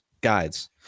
guides